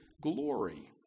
glory